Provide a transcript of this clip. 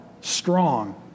strong